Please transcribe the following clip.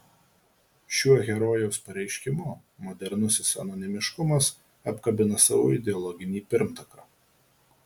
šiuo herojaus pareiškimu modernusis anonimiškumas apkabina savo ideologinį pirmtaką